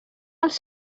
als